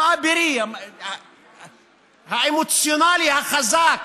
לא האבירי, האמוציונלי, החזק.